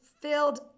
filled